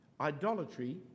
Idolatry